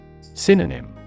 Synonym